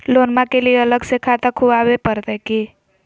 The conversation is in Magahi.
लोनमा के लिए अलग से खाता खुवाबे प्रतय की?